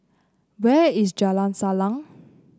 where is Jalan Salang